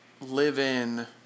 live-in